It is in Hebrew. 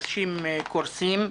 אנשים קורסים,